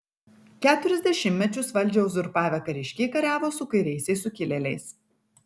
keturis dešimtmečius valdžią uzurpavę kariškiai kariavo su kairiaisiais sukilėliais